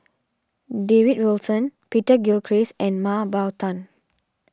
David Wilson Peter Gilchrist and Mah Bow Tan